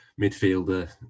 midfielder